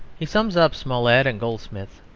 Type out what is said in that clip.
he sums up smollett and goldsmith,